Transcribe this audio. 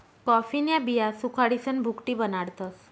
कॉफीन्या बिया सुखाडीसन भुकटी बनाडतस